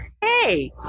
hey